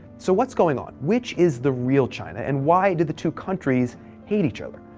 so, what's going on? which is the real china, and why do the two countries hate each other?